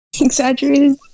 Exaggerated